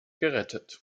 gerettet